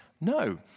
No